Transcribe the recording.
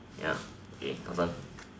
ya next one